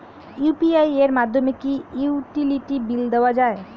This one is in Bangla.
ইউ.পি.আই এর মাধ্যমে কি ইউটিলিটি বিল দেওয়া যায়?